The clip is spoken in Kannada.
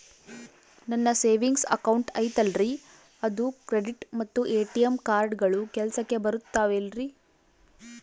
ನನ್ನ ಸೇವಿಂಗ್ಸ್ ಅಕೌಂಟ್ ಐತಲ್ರೇ ಅದು ಕ್ರೆಡಿಟ್ ಮತ್ತ ಎ.ಟಿ.ಎಂ ಕಾರ್ಡುಗಳು ಕೆಲಸಕ್ಕೆ ಬರುತ್ತಾವಲ್ರಿ?